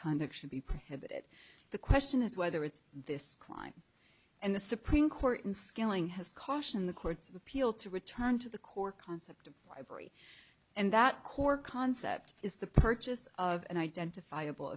kind of should be prohibited the question is whether it's this crime and the supreme court in skilling has cautioned the courts of appeal to return to the core concept of library and that core concept is the purchase of an identifiable